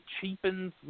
cheapens